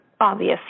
obvious